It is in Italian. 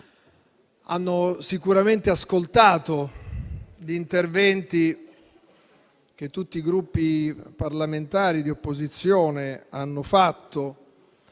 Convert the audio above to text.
hanno sicuramente ascoltato gli interventi che tutti i Gruppi parlamentari di opposizione hanno fatto